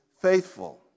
faithful